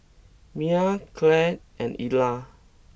Miah Claud and Eola